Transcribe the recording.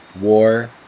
war